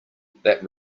that